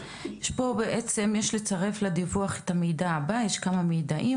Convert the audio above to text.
יש פה בעצם "..יש לצרף לדיווח את המידע הבא.." יש כמה מיידעים